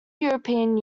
european